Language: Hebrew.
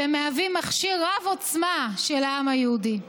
והם מהווים מכשיר רב-עוצמה של העם היהודי.